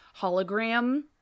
hologram